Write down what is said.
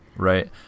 Right